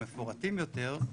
מפורטים יותר,